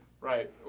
Right